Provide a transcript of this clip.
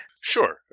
Sure